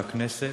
לכנסת.